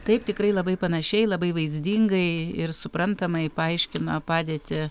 taip tikrai labai panašiai labai vaizdingai ir suprantamai paaiškina padėtį